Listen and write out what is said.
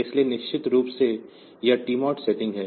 इसलिए निश्चित रूप से यह टीमोड सेटिंग है